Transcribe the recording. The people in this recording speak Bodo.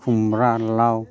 खुमब्रा लाव